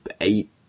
eight